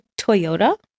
Toyota